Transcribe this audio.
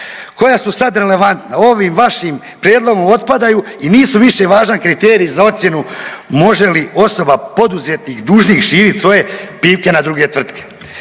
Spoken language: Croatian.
koja su sad relevantna. Ovim vašim prijedlogom otpadaju i nisu više važan kriterij za ocjenu može li osoba, poduzetnik, dužnik širit svoje pipke na druge tvrtke.